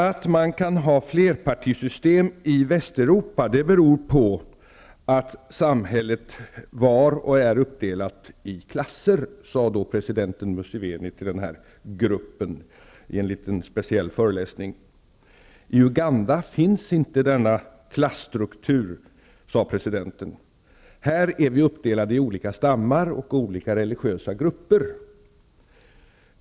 Att man kan ha flerpartisystem i Västeuropa beror på att samhället där är uppdelat i klasser, sade då president Museveni till den här gruppen i en liten specialföreläsning. I Uganda finns inte denna klasstruktur, sade presidenten. Här är vi uppdelade i olika stammar och olika religiösa grupper.